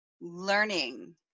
learning